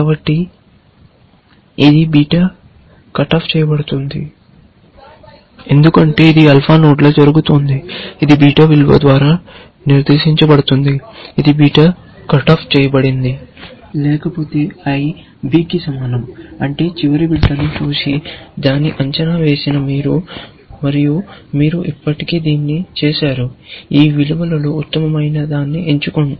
కాబట్టి ఇది beta cut off చేయబడుతుంది ఎందుకంటే ఇది ఆల్ఫా నోడ్లో జరుగుతోంది ఇది బీటా విలువ ద్వారా నిర్దేశించబడుతుంది ఇది బీటా కట్ ఆఫ్ చేయబడింది లేకపోతే b కి సమానం అంటే చివరి చైల్డ్ నోడ్ నుచూసి దాన్ని అంచనా వేసిన మీరు మరియు మీరు ఇప్పటికే దీన్ని చేశారు ఈ విలువలలో ఉత్తమమైన దాన్ని ఎంచుకోండి